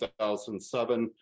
2007